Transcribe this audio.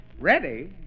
Ready